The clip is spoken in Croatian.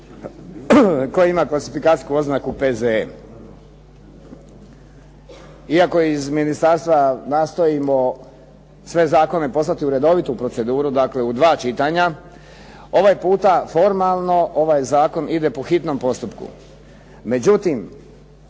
koji ima klasifikacijsku oznaku P.Z.E. Iako iz ministarstva nastojimo sve zakone poslati u redovitu proceduru, dakle u dva čitanja, ovaj puta formalno ovaj zakon ide po hitnom postupku. Međutim